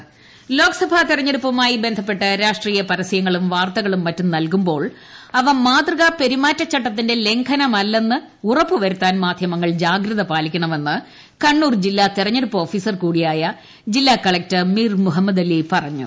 Kannur collector Lok Sabha തെരഞ്ഞെടുപ്പുമായി ബന്ധപ്പെട്ട് രാഷ്ട്രീയ പരസ്യങ്ങളും വാർത്തകളും മറ്റും നൽകുമ്പോൾ അവ മാതൃകാ പെരുമാറ്റച്ചട്ടത്തിന്റെ ലംഘനമല്ലെന്ന് ഉറപ്പുവരുത്താൻ മാധ്യമങ്ങൾ ജാഗ്രത പാലിക്കണമെന്ന് കണ്ണൂർ ജില്ലാ തെരഞ്ഞെടുപ്പ് ഓഫീസർ കൂടിയായ ജില്ലാ കലക്ടർ മീർ മുഹമ്മദലി പറഞ്ഞു